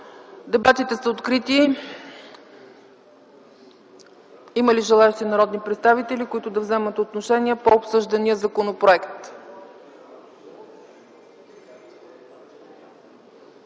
Дебатите са открити. Има ли желаещи народни представители, които да вземат отношение по обсъждания законопроект?